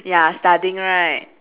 ya studying right